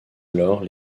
alors